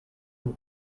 will